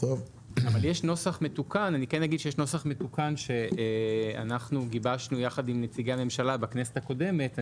אני כן אגיד שיש נוסח מתוקן שגיבשנו יחד עם נציגי הממשלה בכנסת הקודמת.